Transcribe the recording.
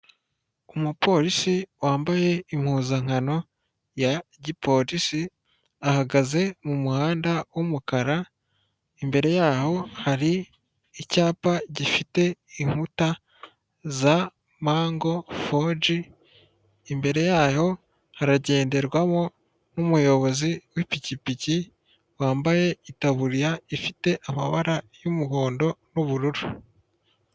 Umupolisi wambaye impuzankano ya gipolisi, ahagaze mu muhanda w'umukara, imbere yaho hari icyapa gifite inkuta za mango 4G, imbere yaho haragenderwamo n'umuyobozi w'ipikipiki wambaye itaburiya ifite amabara y'umuhondo n'ubururu.